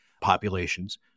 populations